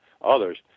others